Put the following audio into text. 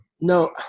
no